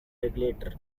regulator